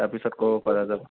তাৰপিছত ক'ব পৰা যাব